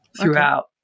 throughout